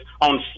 on